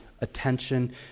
attention